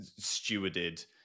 stewarded